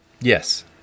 Yes